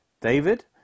David